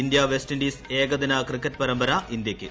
India West Indies ഏകദിന cricket പരമ്പര ഇന്ത്യയ്ക്ക്